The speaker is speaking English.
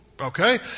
Okay